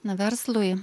na verslui